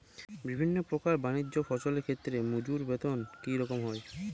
বিভিন্ন প্রকার বানিজ্য ফসলের ক্ষেত্রে মজুর বেতন কী রকম হয়?